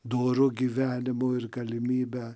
doru gyvenimu ir galimybe